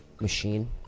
machine